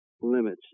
limits